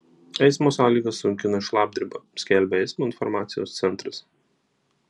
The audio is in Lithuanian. eismo sąlygas sunkina šlapdriba skelbia eismo informacijos centras